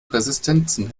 resistenzen